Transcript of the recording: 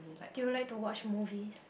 do you like to watch movies